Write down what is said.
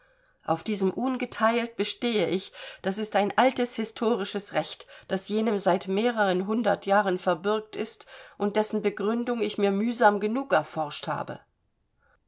auf diesem ungeteilt bestehe ich das ist ein altes historisches recht das jenem seit mehreren hundert jahren verbürgt ist und dessen begründung ich mir mühsam genug erforscht habe